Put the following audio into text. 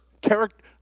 character